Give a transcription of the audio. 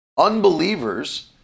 Unbelievers